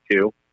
two